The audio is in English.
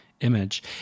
image